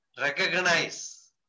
Recognize